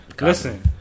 Listen